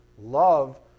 love